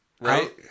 Right